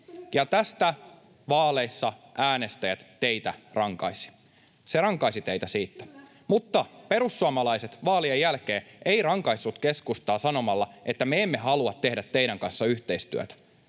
ja tästä vaaleissa äänestäjät teitä rankaisivat. [Anne Kalmari: Kyllä!] He rankaisivat teitä siitä, mutta perussuomalaiset vaalien jälkeen eivät rankaisseet keskustaa sanomalla, että me emme halua tehdä teidän kanssanne yhteistyötä.